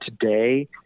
today